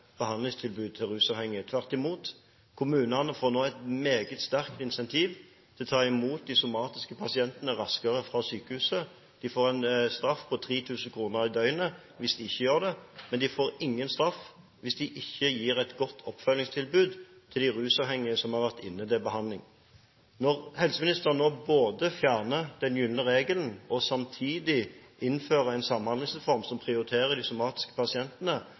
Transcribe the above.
til rusavhengige. Tvert imot, kommunene får nå et meget sterkt incentiv til å ta imot de somatiske pasientene raskere fra sykehuset. De får en straff på 3 000 kr i døgnet hvis de ikke gjør det, men de får ingen straff hvis de ikke gir et godt oppfølgingstilbud til de rusavhengige som har vært inne til behandling. Når helseministeren nå både fjerner den gylne regelen og samtidig innfører en samhandlingsreform som prioriterer de somatiske pasientene,